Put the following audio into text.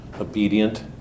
obedient